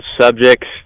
subjects